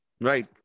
Right